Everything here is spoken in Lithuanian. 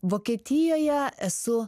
vokietijoje esu